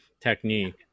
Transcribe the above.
technique